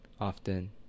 often